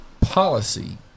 policy